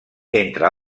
entre